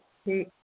ठीक